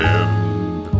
end